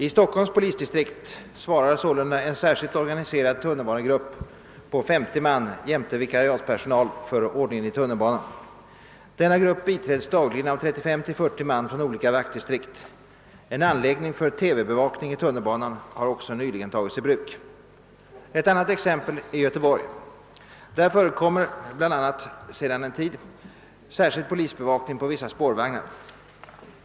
I Stockholms polisdistrikt svarar sålunda en särskilt organiserad tunnelbanegrupp på 50 man jämte vikariatspersonal för ordningen i tunnelbanan. Denna grupp biträds dagligen av 35— 40 man från olika vaktdistrikt. En anläggning för TV-bevakning i tunnelbanan har också nyligen tagits i bruk. Ett annat exempel är Göteborg. Där förekommer bl.a. sedan en tid särskild polisbevakning på vissa spårvagnar.